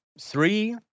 three